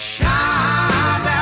Shine